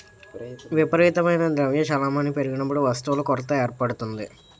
విపరీతమైన ద్రవ్య చలామణి పెరిగినప్పుడు వస్తువుల కొరత ఏర్పడుతుంది